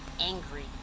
angry